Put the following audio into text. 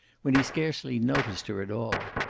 when he scarcely noticed her at all.